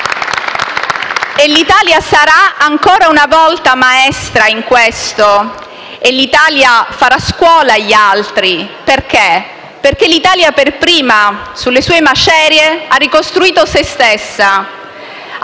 L'Italia sarà ancora una volta maestra in questo e l'Italia farà scuola agli altri, perché l'Italia per prima, sulle sue macerie, ha ricostruito se stessa.